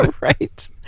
right